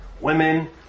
Women